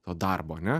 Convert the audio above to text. to darbo ane